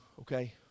okay